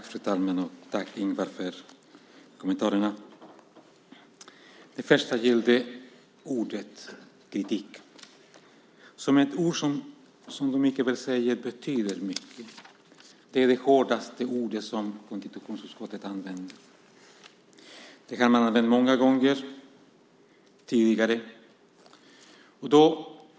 Fru talman! Tack för kommentarerna, Ingvar! Det första gällde ordet kritik, som är ett ord som betyder mycket. Det är det hårdaste ord som konstitutionsutskottet använder. Det har använts många gånger tidigare.